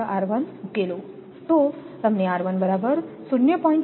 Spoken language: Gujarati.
હવે માત્રઉકેલો તો તમને બરાબર 0